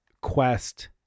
quest